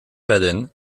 baden